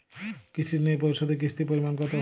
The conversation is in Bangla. কৃষি ঋণ পরিশোধের কিস্তির পরিমাণ কতো?